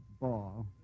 ball